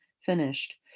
finished